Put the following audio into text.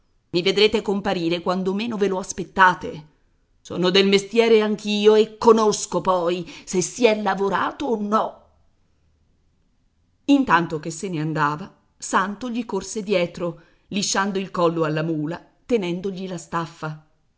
i vedrete comparire quando meno ve lo aspettate sono del mestiere anch'io e conosco poi se si è lavorato o no intanto che se ne andava santo gli corse dietro lisciando il collo alla mula tenendogli la staffa